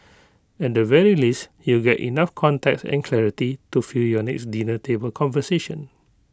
at the very least you'll get enough context and clarity to fuel your next dinner table conversation